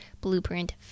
Blueprint